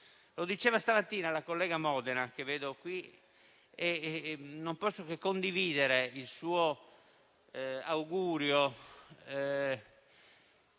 come diceva stamattina la collega Modena, della quale non posso che condividere l'augurio